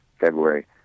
February